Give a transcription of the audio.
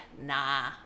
nah